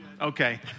Okay